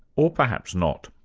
or perhaps not.